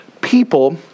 people